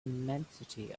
immensity